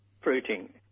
fruiting